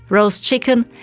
roast chicken,